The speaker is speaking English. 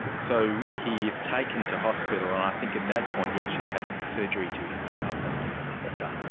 so he is taken to hospital, and i think at that point he actually has surgery to his skull, doesn't he. that's right.